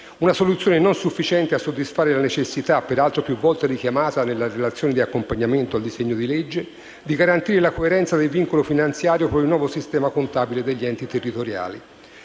una soluzione non sufficiente a soddisfare la necessità - peraltro più volte richiamata nella relazione di accompagnamento al disegno di legge - di garantire la coerenza del vincolo finanziario con il nuovo sistema contabile degli enti territoriali.